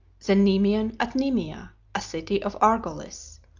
the nemean at nemea, a city of argolis.